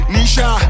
Nisha